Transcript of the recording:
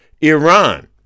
Iran